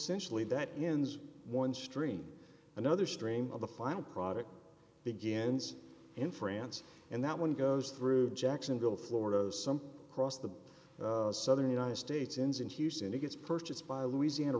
sensually that means one stream another stream of the final product begins in france and that one goes through jacksonville florida some crossed the southern united states ends in houston it gets purchased by a louisiana